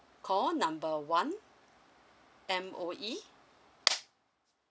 call number one M_O_E